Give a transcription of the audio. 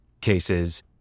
cases